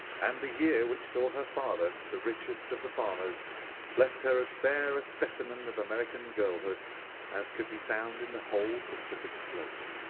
and the year which saw her father the richest of the farmers left her as fair a specimen of american girlhood as could be found in the whole pacific slope.